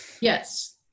yes